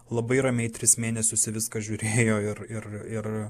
labai ramiai tris mėnesius į viską žiūrėjo ir ir ir